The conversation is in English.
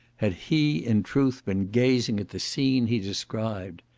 had he, in truth, been gazing at the scene he described.